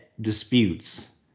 disputes